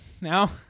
now